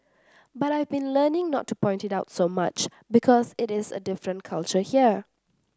but I've been learning not to point it out so much because it is a different culture here